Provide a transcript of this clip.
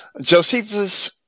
Josephus